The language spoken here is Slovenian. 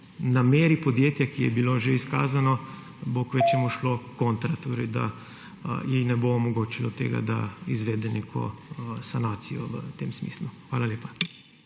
nameri podjetja, ki je bilo že izkazana, bo kvečjemu šlo kontra; torej, da ji ne bo omogočilo tega, da izvede neko sanacijo v tem smislu. Hvala lepa.